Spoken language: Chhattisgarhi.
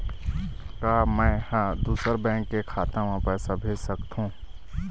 का मैं ह दूसर बैंक के खाता म पैसा भेज सकथों?